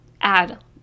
add